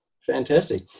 Fantastic